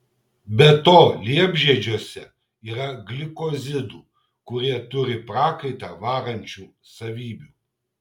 be to liepžiedžiuose yra glikozidų kurie turi prakaitą varančių savybių